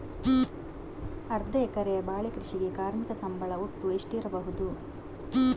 ಅರ್ಧ ಎಕರೆಯ ಬಾಳೆ ಕೃಷಿಗೆ ಕಾರ್ಮಿಕ ಸಂಬಳ ಒಟ್ಟು ಎಷ್ಟಿರಬಹುದು?